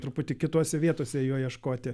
truputį kitose vietose jo ieškoti